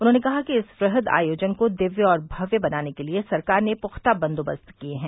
उन्होंने कहा कि इस वृह्द आयोजन को दिव्य और भव्य बनाने के लिए सरकार ने पुख्ता बन्दोबस्त किये हैं